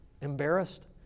embarrassed